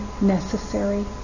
necessary